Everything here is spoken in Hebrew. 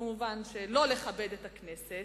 כמובן, שלא לכבד את הכנסת: